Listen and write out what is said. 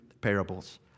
parables